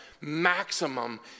maximum